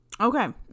Okay